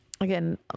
again